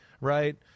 right